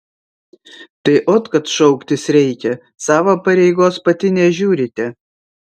tai ot kad šauktis reikia savo pareigos pati nežiūrite